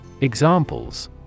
Examples